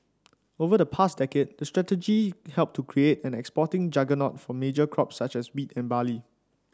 over the past decade that strategy helped to create an exporting juggernaut for major crops such as wheat and barley